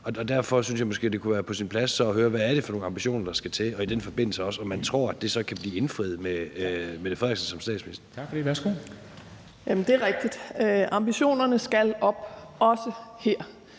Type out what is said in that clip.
Derfor synes jeg måske, det kunne være på sin plads at høre, hvad det så er for nogle ambitioner, der skal til, og i den forbindelse også, om man tror, at det så kan blive indfriet med Mette Frederiksen som statsminister? Kl. 13:25 Formanden (Henrik Dam Kristensen): Tak for det.